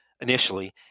initially